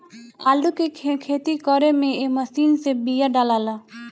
आलू के खेती करे में ए मशीन से बिया डालाला